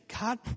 God